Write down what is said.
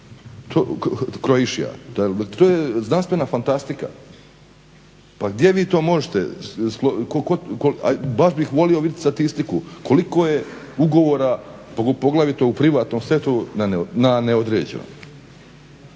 to je znanstvena fantastika. Pa gdje vi to možete? Baš bih volio vidjeti statistiku, koliko je ugovora poglavito u privatnom sektoru na neodređeno